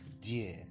dear